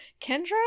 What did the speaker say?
Kendra